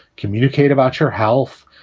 communicate about your health,